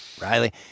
Riley